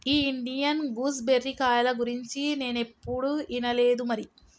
ఈ Indian gooseberry కాయల గురించి నేనేప్పుడు ఇనలేదు మరి